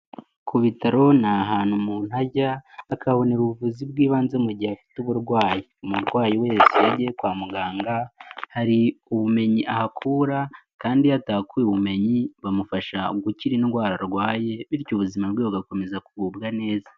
Ku bitaro ni ahantu umuntu ajya akahabonera ubuvuzi bw'ibanze mu gihe afite uburwayi. Umurwayi wese wagiye kwa muganga, hari ubumenyi ahakura, kandi iyo atahakuye ubumenyi, bamufasha gukira indwara arwaye, bityo ubuzima bwe bugakomeza kugubwa neza.